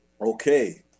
Okay